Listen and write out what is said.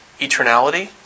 eternality